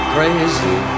Crazy